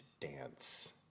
dance